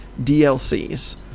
dlcs